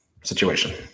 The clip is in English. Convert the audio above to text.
situation